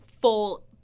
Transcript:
full